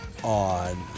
on